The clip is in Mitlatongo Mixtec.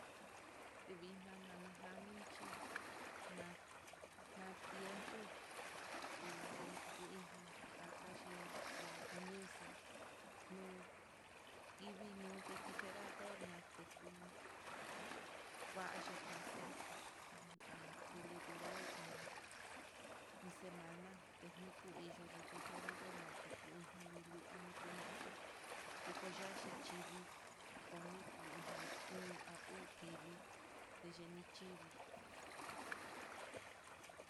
Tivinana janixhi, ná natiempo kux uija ñakaxhi ña añuxo, nuu tivii no refri or ñateku nguaye kaxo'o, la kiredurai un iin semana tenukuiyo refri natekuijan, niluan kunexo tekoyaxhi chivii, noni kuijain un a uu kivii teyi chivii.